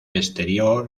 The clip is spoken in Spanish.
exterior